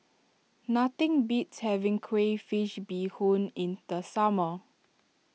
nothing beats having Crayfish BeeHoon in the summer